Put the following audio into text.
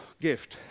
gift